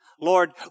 Lord